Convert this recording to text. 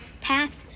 path